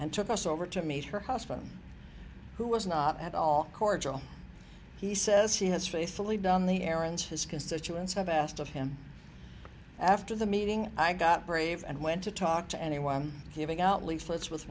and took us over to meet her husband who was not at all cordial he says he has faithfully done the errands his constituents have asked of him after the meeting i got brave and went to talk to anyone giving out leaflets w